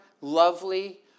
lovely